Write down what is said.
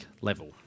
level